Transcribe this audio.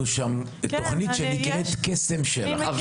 בנינו תוכנית סביבתית שנקראת קסם של״ח.